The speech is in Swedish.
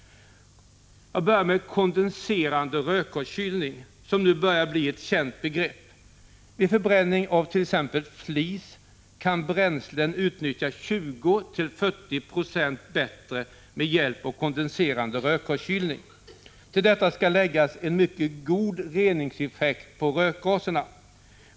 Jag skall först beröra kondenserande rökgaskylning, som nu börjar bli ett känt begrepp. Vid förbränning av t.ex. flis kan bränslet utnyttjas 20-40 9c bättre med hjälp av kondenserande rökgaskylning än utan. Till detta skall läggas en mycket god reningseffekt vad gäller rökgaserna.